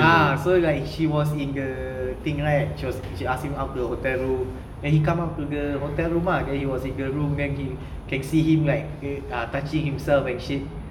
ah so like she was in the thing right she was she ask him up to the hotel room and he come up to the hotel room ah then he was in the room ah then can see him like a touching himself and shit